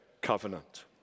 covenant